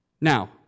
Now